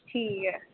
ਠੀਕ ਹੈ